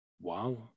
Wow